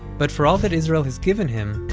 but for all that israel has given him,